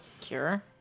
cure